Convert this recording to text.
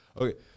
Okay